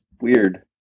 weird